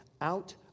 out